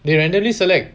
they randomly select